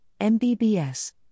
MBBS